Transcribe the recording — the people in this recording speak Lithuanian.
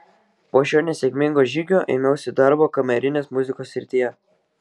po šio nesėkmingo žygio ėmiausi darbo kamerinės muzikos srityje